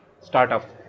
startup